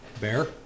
Bear